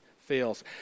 fails